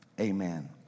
Amen